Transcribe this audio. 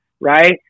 right